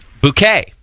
Bouquet